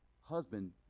husband